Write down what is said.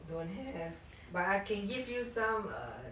don't have but I can give you some err